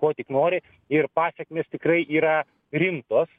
ko tik nori ir pasekmės tikrai yra rimtos